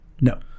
No